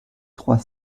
trois